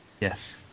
yes